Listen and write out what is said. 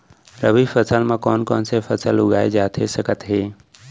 रबि फसल म कोन कोन से फसल उगाए जाथे सकत हे?